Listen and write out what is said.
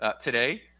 today